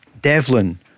Devlin